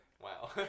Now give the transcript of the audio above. Wow